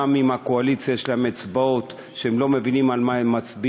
גם אם לקואליציה יש אצבעות והם לא מבינים על מה הם מצביעים,